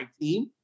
team